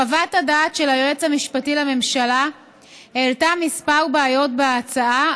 חוות הדעת של היועץ המשפטי לממשלה העלתה כמה בעיות בהצעה,